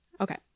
Okay